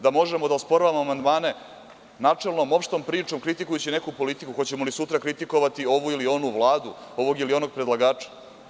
Da možemo da osporavamo amandmane načelno, opštom pričom kritikujući neku politiku, hoćemo li sutra kritikovati ovu ili onu Vladu, ovog ili onog predlagača?